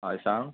हय सांग